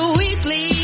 weekly